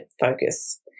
focus